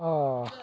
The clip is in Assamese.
অঁ